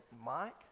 Mike